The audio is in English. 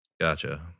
Gotcha